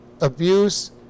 abuse